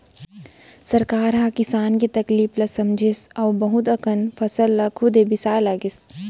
सरकार ह किसान के तकलीफ ल समझिस अउ बहुत अकन फसल ल खुदे बिसाए लगिस